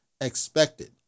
expected